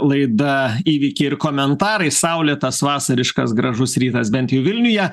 laida įvykiai ir komentarai saulėtas vasariškas gražus rytas bent jau vilniuje